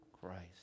Christ